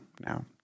now